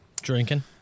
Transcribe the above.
Drinking